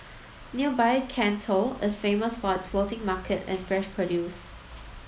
nearby Can Tho is famous for its floating market and fresh produce